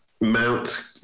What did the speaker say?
Mount